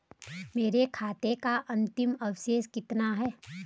मेरे खाते का अंतिम अवशेष कितना है?